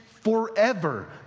forever